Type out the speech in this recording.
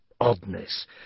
oddness